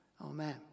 Amen